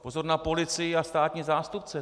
Pozor na policii a státní zástupce!